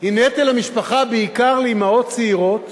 היא נטל למשפחה, בעיקר לאמהות צעירות,